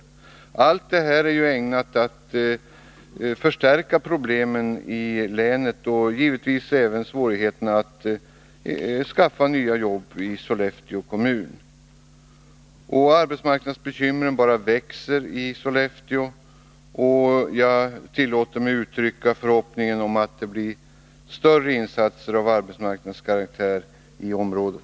Allt detta är ägnat att förvärra problemen i länet och självfallet även svårigheterna att skaffa nya jobb i Sollefteå kommun. Arbetsmarknadsbekymren bara växer i Sollefteå kommun. Jag tillåter mig uttrycka förhoppningen att större insatser av arbetsmarknadskaraktär görs i området.